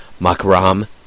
Makram